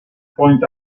point